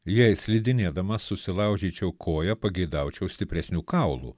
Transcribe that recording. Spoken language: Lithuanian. jei slidinėdamas susilaužyčiau koją pageidaučiau stipresnių kaulų